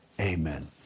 amen